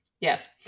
Yes